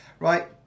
Right